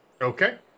Okay